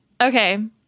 Okay